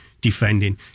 defending